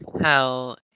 Hell